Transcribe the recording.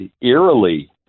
eerily